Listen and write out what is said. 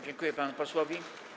Dziękuję panu posłowi.